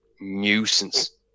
nuisance